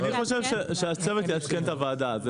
אני חושב שהצוות יעדכן את הוועדה.